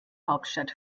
hauptstadt